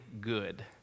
good